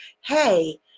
hey